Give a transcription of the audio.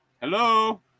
Hello